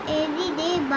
everyday